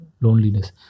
loneliness